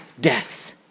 death